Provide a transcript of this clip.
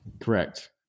Correct